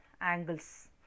angles